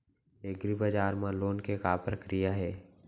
एग्रीबजार मा लोन के का प्रक्रिया हे?